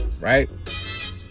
right